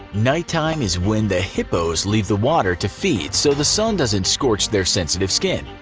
nighttime is when the hippos leave the water to feed so the sun doesn't scorch their sensitive skin,